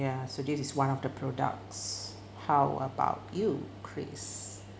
ya so this is one of the products how about you chris